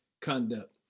conduct